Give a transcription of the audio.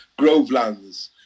grovelands